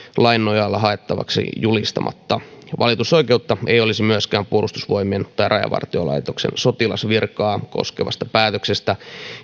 lain nojalla haettavaksi julistamatta valitusoikeutta ei olisi myöskään puolustusvoimien tai rajavartiolaitoksen sotilasvirkaa koskevasta päätöksestä